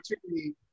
opportunity